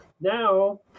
Now